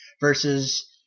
versus